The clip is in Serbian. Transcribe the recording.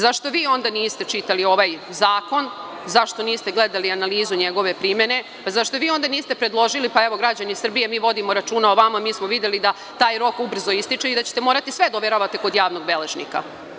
Zašto vi onda niste čitali ovaj zakon, zašto niste gledali analizu njegove primene, zašto vi onda niste predložili, pa evo građani Srbije, mi vodimo računa o vama, mi smo videli da taj rok ubrzo ističe i da ćete morati sve da overavate kod javnog beležnika?